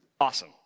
Awesome